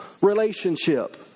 relationship